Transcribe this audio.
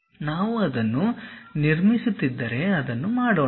ನಾವು ಅದನ್ನು ನಿರ್ಮಿಸುತ್ತಿದ್ದರೆ ಅದನ್ನು ಮಾಡೋಣ